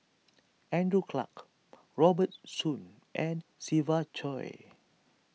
Andrew Clarke Robert Soon and Siva Choy